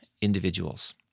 individuals